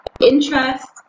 Interest